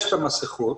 יש להם את המסכות.